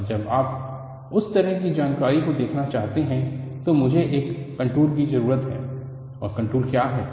और जब आप उस तरह की जानकारी को देखना चाहते हैं तो मुझे एक कंटूर की जरूरत है और कंटूर क्या है